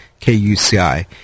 KUCI